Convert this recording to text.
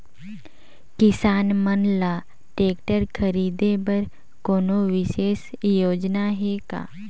किसान मन ल ट्रैक्टर खरीदे बर कोनो विशेष योजना हे का?